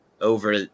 over